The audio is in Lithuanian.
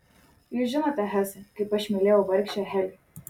jūs žinote hesai kaip aš mylėjau vargšę heli